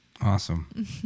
Awesome